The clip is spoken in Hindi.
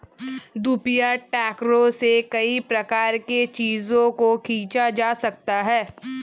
दोपहिया ट्रैक्टरों से कई प्रकार के चीजों को खींचा जा सकता है